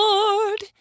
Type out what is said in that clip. Lord